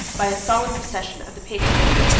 by a solemn procession of the patriarch,